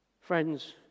Friends